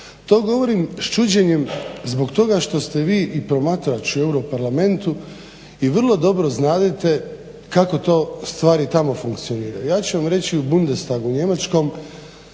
To govorim s čuđenjem zbog toga što ste vi i promatrač u Europskom parlamentu i vrlo dobro znadete kako to stvari tamo funkcioniraju. Ja ću vam reći u Bundestagu njemačkom